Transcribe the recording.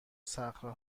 صخره